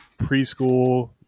preschool